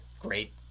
great